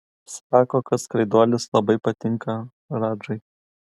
sako kad skraiduolis labai patinka radžai